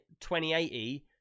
2080